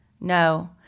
No